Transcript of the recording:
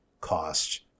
cost